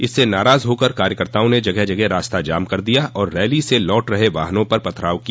इससे नाराज़ होकर कार्यकर्ताओं ने जगह जगह रास्ता जाम कर दिया और रैली से लौट रहे वाहनों पर पथराव किया